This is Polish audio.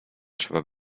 trzeba